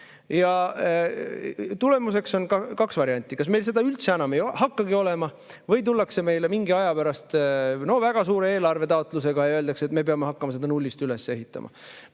Ja tulemuseks on kaks varianti: kas meil seda üldse enam ei hakkagi olema või tullakse meile mingi aja pärast väga suure eelarvetaotlusega ja öeldakse, et me peame hakkama seda nullist üles ehitama.